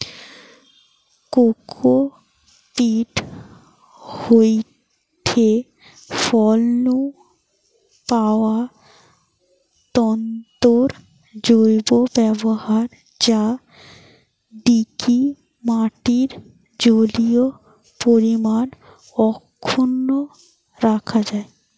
cocopeat হয়ঠে ফল নু পাওয়া তন্তুর জৈব ব্যবহার যা দিকি মাটির জলীয় পরিমাণ অক্ষুন্ন রাখা যায়